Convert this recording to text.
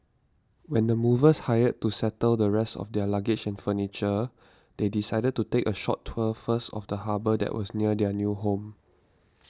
with the movers hired to settle the rest of their luggage and furniture they decided to take a short tour first of the harbour that was near their new home